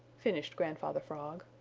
finished grandfather frog.